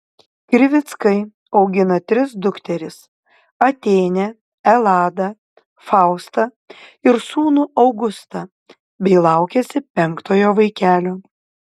krivickai augina tris dukteris atėnę eladą faustą ir sūnų augustą bei laukiasi penktojo vaikelio